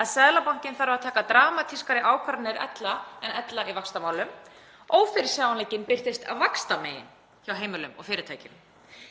að Seðlabankinn þarf að taka dramatískari ákvarðanir en ella í vaxtamálum. Ófyrirsjáanleikinn birtist vaxtamegin hjá heimilum og fyrirtækjum.